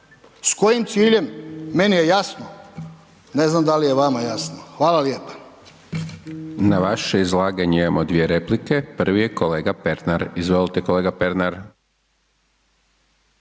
S kojim ciljem, meni je jasno, ne znam da li je vama jasno. Hvala lijepa. **Hajdaš Dončić, Siniša (SDP)** Na vaše izlaganje imamo 2 replike, prvi je kolega Pernar, izvolite kolega Pernar.